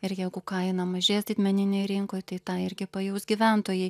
ir jeigu kaina mažės didmeninėj rinkoj tai tą irgi pajaus gyventojai